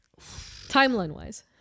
Timeline-wise